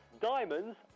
diamonds